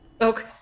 Okay